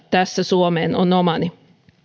tässä englannista suomeen on omani